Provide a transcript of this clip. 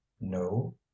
no